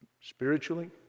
Spiritually